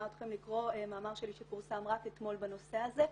אתכם לקרוא מאמר שלי שפורסם רק אתמול בנושא הזה.